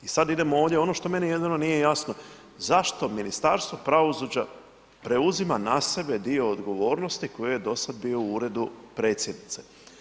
I sad idemo ovdje ono što meni jedino nije jasno, zašto Ministarstvo pravosuđa preuzima na sebe dio odgovornosti koji je do sad bio u Uredu Predsjednice?